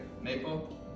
maple